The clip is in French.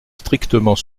strictement